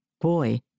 Boy